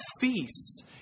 feasts